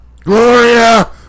Gloria